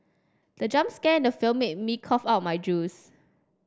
the jump scare in the film made me cough out my juice